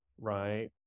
right